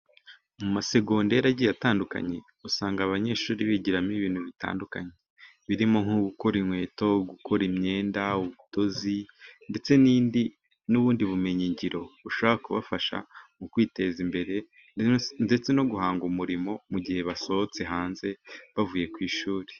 Mu masegonderi agiye atandukanye, usanga abanyeshuri bigiramo ibintu bitandukanye birimo: nko gukora inkweto, gukora imyenda, ubudozi ndetse n'indi n'ubundi bumenyi ngiro, bushobora kubafasha mu kwiteza imbere ndetse no guhanga umurimo, mu gihe basohotse hanze bavuye ku ishuri.